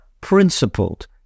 principled